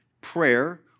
prayer